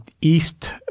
east